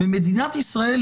ומדינת ישראל,